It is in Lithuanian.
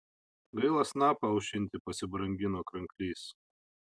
gaila snapą aušinti pasibrangino kranklys